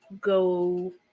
go